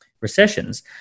recessions